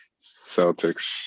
Celtics